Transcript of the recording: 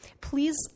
Please